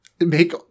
Make